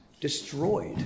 Destroyed